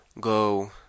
go